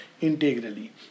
integrally